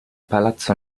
palazzo